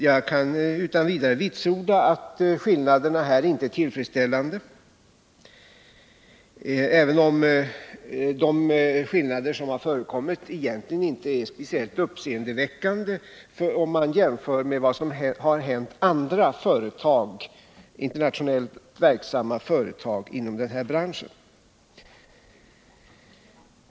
Jag kan också utan vidare vitsorda att skillnaderna här inte är tillfredsställande, även om de skillnader som har förekommit egentligen inte är speciellt uppseendeväckande, om vi jämför med vad som har hänt andra internationellt verksamma företag inom denna bransch.